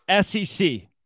SEC